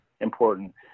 important